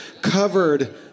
covered